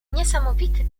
niesamowity